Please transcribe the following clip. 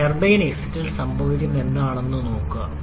turbine എക്സിറ്റിൽ സംഭവിക്കുന്ന എന്താണെന്നും നോക്കുക